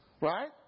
Right